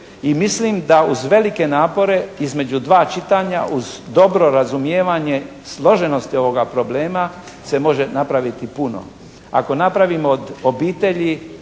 i mislim da uz velike napore između dva čitanja uz dobro razumijevanje složenosti ovoga problema se može napraviti puno. Ako napravimo od obitelji